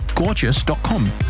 gorgeous.com